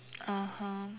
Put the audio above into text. (uh huh)